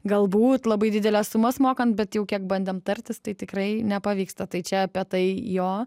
galbūt labai dideles sumas mokant bet jau kiek bandėm tartis tai tikrai nepavyksta tai čia apie tai jo